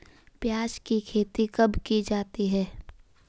प्याज़ की खेती कब की जाती है?